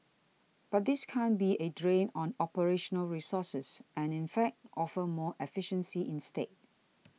but this can't be a drain on operational resources and in fact offer more efficiency instead